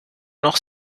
noch